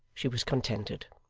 she was contented.